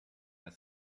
that